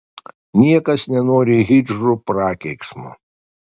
niekas nenori hidžrų prakeiksmo